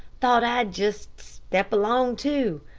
thought i'd just step along, too.